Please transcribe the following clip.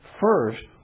First